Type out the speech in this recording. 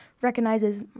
recognizes